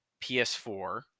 ps4